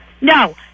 No